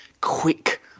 quick